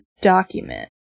document